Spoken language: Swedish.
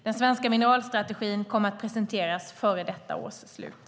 Den svenska mineralstrategin kommer att presenteras före detta års slut.